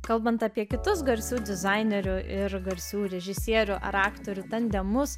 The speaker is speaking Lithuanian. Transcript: kalbant apie kitus garsių dizainerių ir garsių režisierių ar aktorių tandemus